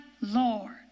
Lord